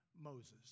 Moses